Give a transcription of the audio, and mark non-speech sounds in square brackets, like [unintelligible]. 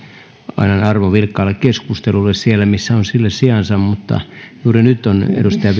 annan arvoa vilkkaalle keskustelulle siellä missä on sille sijansa mutta juuri nyt on edustaja [unintelligible]